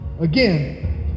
again